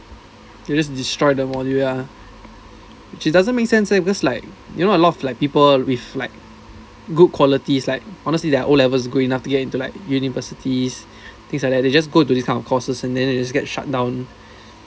you just destroy the module ah which doesn't make sense leh because like you know a lot of like people with like good qualities like honestly their o levels good enough to get into like universities things like that they just go to this kind of courses and then they just get shutdown